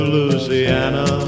Louisiana